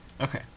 Okay